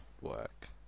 work